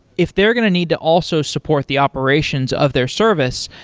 if they're going to need to also support the operations of their service,